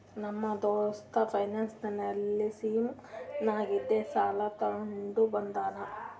ನಮ್ಮ ದೋಸ್ತ financial scheme ನಾಗಿಂದೆ ಸಾಲ ತೊಂಡ ಬಂದಾನ್